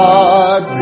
God